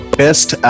best